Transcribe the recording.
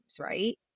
right